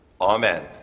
Amen